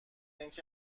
اینکه